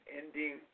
ending